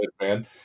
man